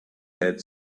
had